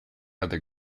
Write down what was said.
other